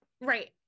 Right